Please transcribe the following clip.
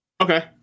Okay